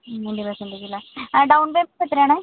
മൂന്ന് ലക്ഷം രൂപ അല്ലേ ഡൗൺ പേയ്മെൻറ്റ് എത്രയാണ്